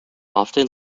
often